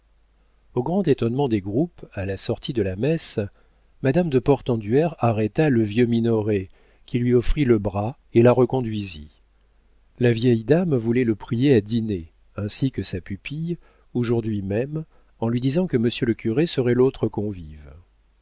au grand étonnement des groupes à la sortie de la messe madame de portenduère arrêta le vieux minoret qui lui offrit le bras et la reconduisit la vieille dame voulait le prier à dîner ainsi que sa pupille aujourd'hui même en lui disant que monsieur le curé serait l'autre convive